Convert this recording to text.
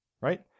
Right